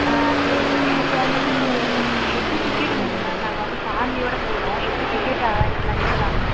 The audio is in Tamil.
ஆ சரிங்க மேம் எனக்கு வந்துட்டு ஒரு எட்டு டிக்கெட் வேணும் மேம் நாங்கள் வந்து ஃபேமிலியோடு போகிறோம் எட்டு டிக்கெட் அவைலபுலாக இருக்கா மேம்